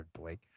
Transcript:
Blake